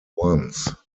once